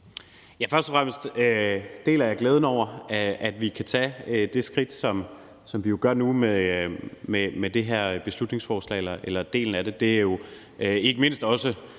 (S): Først og fremmest deler jeg glæden over, at vi kan tage det skridt, som vi jo gør nu med det her beslutningsforslag – eller en del af det. Det er jo ikke mindst også